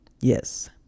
Yes